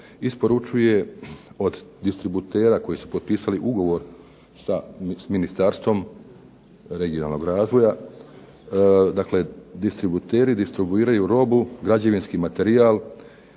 isporučuje od distributera koji su potpisali ugovor s Ministarstvom regionalnog razvoja. Dakle, distributeri distribuiraju robu, građevinski materijal